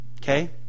Okay